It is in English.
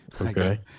okay